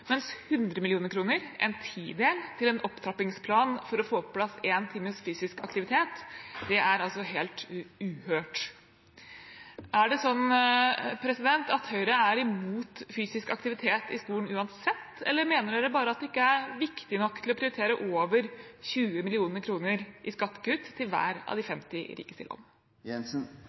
mens 100 mill. kr – en tidel – til en opptrappingsplan for å få på plass en times fysisk aktivitet, altså er helt uhørt. Er det slik at Høyre er imot fysisk aktivitet i skolen uansett, eller mener de bare at det ikke er viktig nok til å prioritere over 20 mill. kr i skattekutt til hver av de 50 rikeste